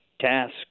task